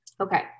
Okay